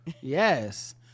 Yes